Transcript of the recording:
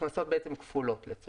בעצם הכנסות כפולות לצורך העניין.